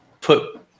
put